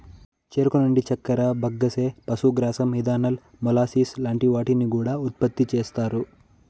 చెరుకు నుండి చక్కర, బగస్సే, పశుగ్రాసం, ఇథనాల్, మొలాసిస్ లాంటి వాటిని కూడా ఉత్పతి చేస్తారు